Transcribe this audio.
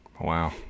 wow